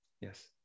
yes